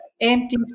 empty